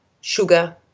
sugar